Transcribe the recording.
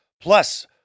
Plus